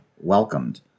welcomed